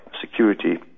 security